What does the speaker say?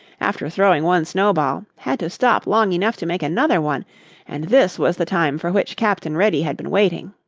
after throwing one snowball, had to stop long enough to make another one and this was the time for which captain reddy had been waiting.